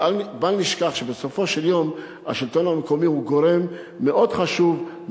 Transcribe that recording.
בל נשכח שבסופו של דבר השלטון המקומי הוא גורם מאוד חשוב,